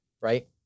right